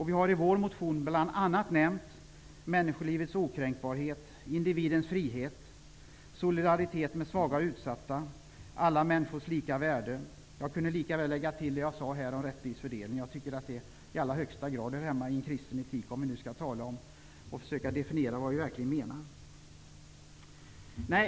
Vi har i vår motion bl.a. nämnt människolivets okränkbarhet, individens frihet, solidaritet med svaga och utsatta, alla människors lika värde. Jag kunde lika väl lägga till det jag sade om rättvis fördelning, därför att jag tycker att det i allra högsta grad hör hemma i kristen etik, om vi nu skall försöka definiera vad vi verkligen menar.